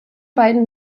beiden